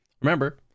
Remember